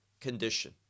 condition